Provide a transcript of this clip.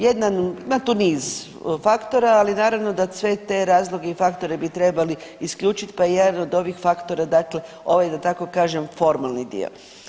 Jedan, ima tu niz faktora, ali naravno da sve te razloge i faktore bi trebali isključiti pa je jedan od ovih faktora dakle, ovaj da tako kažem, formalni dio.